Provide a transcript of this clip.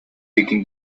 taking